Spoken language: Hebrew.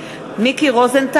(קוראת בשמות חברי הכנסת) מיקי רוזנטל,